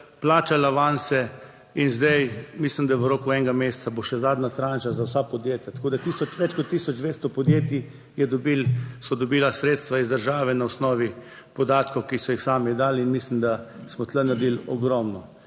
plačali avanse in zdaj mislim, da v roku enega meseca bo še zadnja tranža za vsa podjetja. Tako da tisoč, več kot 1200 podjetij je dobilo, so dobila sredstva iz države na osnovi podatkov, ki so jih sami dali. In mislim, da smo tu naredili ogromno.